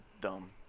Dumb